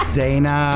dana